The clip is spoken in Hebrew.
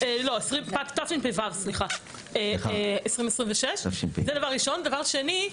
דבר שני,